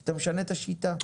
אתה משנה את השיטה.